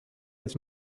its